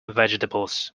vegetables